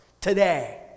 Today